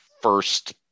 first